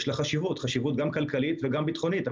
יש לה חשיבות, גם כלכלית וגם ביטחונית.